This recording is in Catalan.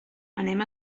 anem